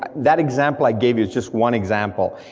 but that example i gave you is just one example,